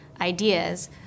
ideas